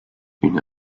une